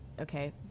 okay